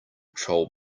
troll